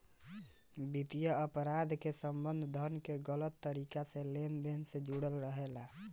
वित्तीय अपराध के संबंध धन के गलत तरीका से लेन देन से जुड़ल रहेला